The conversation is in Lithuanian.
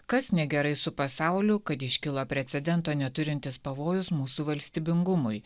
kas negerai su pasauliu kad iškilo precedento neturintis pavojus mūsų valstybingumui